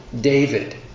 David